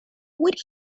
would